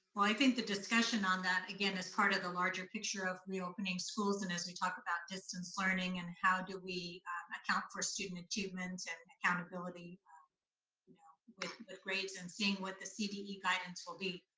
i think the discussion on that, again, is part of the larger picture of reopening schools, and as we talk about distance learning and how do we account for student achievements and accountability you know with the grades, and seeing what the cde guidance will be.